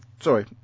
sorry